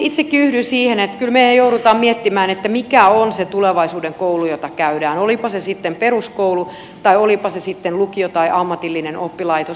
itsekin yhdyn siihen että kyllä me joudumme miettimään mikä on se tulevaisuuden koulu jota käydään olipa se sitten peruskoulu tai olipa se sitten lukio tai ammatillinen oppilaitos